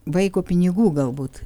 vaiko pinigų galbūt